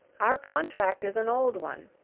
our contract is an old one.